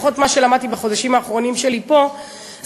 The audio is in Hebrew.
לפחות ממה שלמדתי בחודשים האחרונים שלי פה,